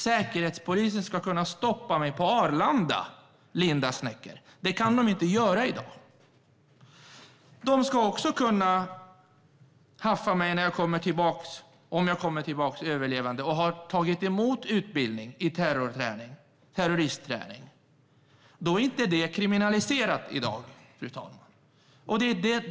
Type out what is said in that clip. Säkerhetspolisen ska kunna stoppa mig på Arlanda, Linda Snecker. Det kan de inte göra i dag. De ska också kunna haffa mig om jag kommer tillbaka överlevande och har tagit emot utbildning i terroristträning. Det är inte kriminaliserat i dag, fru talman.